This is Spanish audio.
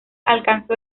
alcanzó